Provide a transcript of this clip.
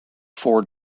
four